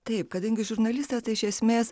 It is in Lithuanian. taip kadangi žurnalistas iš esmės